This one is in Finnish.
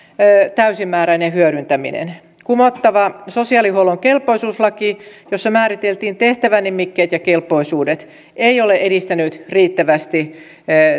täysimääräinen hyödyntäminen kumottava sosiaalihuollon kelpoisuuslaki jossa määriteltiin tehtävänimikkeet ja kelpoisuudet ei ole edistänyt riittävästi